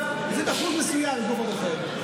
זה אחוז מסוים מהגוף הבוחר.